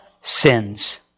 sins